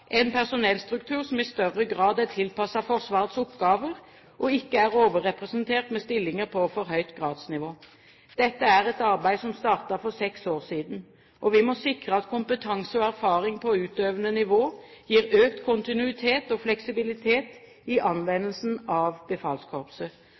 en personellstruktur som i større grad er tilpasset Forsvarets oppgaver, og ikke er overrepresentert med stillinger på for høyt gradsnivå. Dette er et arbeid som startet for seks år siden. Vi må sikre at kompetanse og erfaring på utøvende nivå gir økt kontinuitet og fleksibilitet i